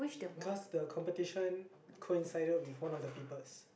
because the competition coincided with one of the papers